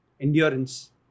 endurance